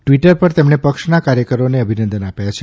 Twitter પર તેમણે પક્ષના કાર્યકરોને અભિનંદન આપ્યાં છે